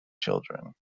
children